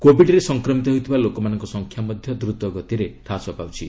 କୋବିଡ୍ରେ ସଂକ୍ରମିତ ହେଉଥିବା ଲେକମାନଙ୍କ ସଂଖ୍ୟା ମଧ୍ୟ ଦ୍ରତଗତିରେ ହ୍ରାସ ପାଉଛି